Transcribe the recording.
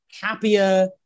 happier